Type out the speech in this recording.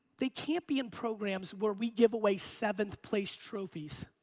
they can't be in programs where we give away seventh place trophies.